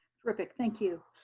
terrific thank you,